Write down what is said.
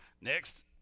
Next